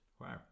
Wow